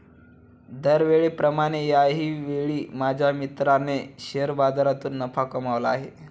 दरवेळेप्रमाणे याही वेळी माझ्या मित्राने शेअर बाजारातून नफा कमावला आहे